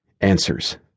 Answers